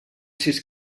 sis